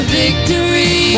victory